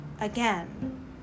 Again